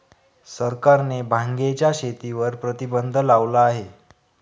सरकारने भांगेच्या शेतीवर प्रतिबंध लावला आहे